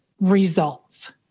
results